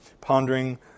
pondering